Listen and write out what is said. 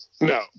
No